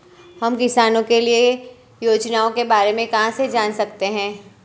हम किसानों के लिए योजनाओं के बारे में कहाँ से जान सकते हैं?